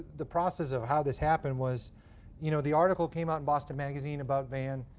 the process of how this happened was you know the article came out in boston magazine about van